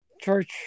church